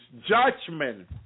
judgment